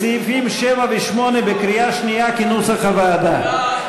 סעיפים 7 ו-8, בקריאה שנייה, כנוסח הוועדה.